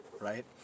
right